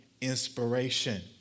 inspiration